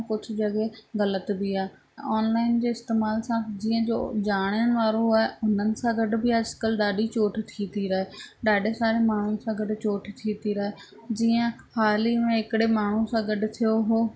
ऐं कुझु जॻह ग़लति बि आहे ऑनलाइन जे इस्तेमाल सां जीअं उहो ॼाणण वारो आहे हुननि सां गॾ बि अॼुकल्ह ॾाढी चोट थी थी रहे ॾाढा सारे माण्हुनि सां गॾु चोट थी थी रहे जीअं हाल ई में हिकिड़े माण्हू सां गॾु थियो हुओ